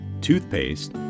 toothpaste